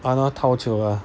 ah